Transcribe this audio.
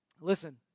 Listen